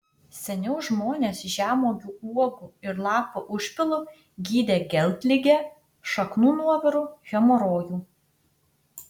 seniau žmonės žemuogių uogų ir lapų užpilu gydė geltligę šaknų nuoviru hemorojų